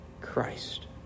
Christ